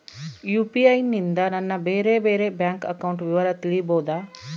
UPI ನಿಂದ ನನ್ನ ಬೇರೆ ಬೇರೆ ಬ್ಯಾಂಕ್ ಅಕೌಂಟ್ ವಿವರ ತಿಳೇಬೋದ?